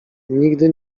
nigdy